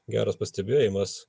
geras pastebėjimas